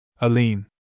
Aline